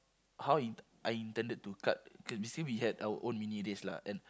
how in~ I intended to cut K basically we had our own mini race lah and